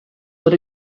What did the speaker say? were